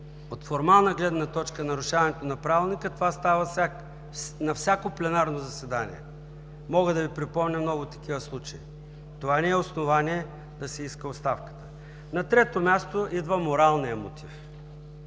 от формална гледна точка нарушаването на Правилника, това става на всяко пленарно заседание. Мога да Ви припомня много такива случаи. Това не е основание да се иска оставката. На трето място, идва моралният мотив